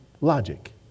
logic